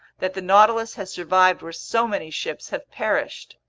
that the nautilus has survived where so many ships have perished!